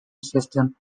system